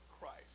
Christ